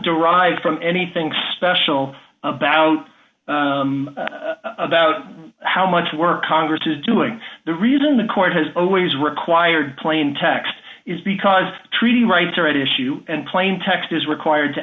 from anything special about about how much work congress is doing the reason the court has always required plain text is because treaty rights are at issue and plain text is required to